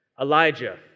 Elijah